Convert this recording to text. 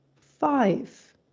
five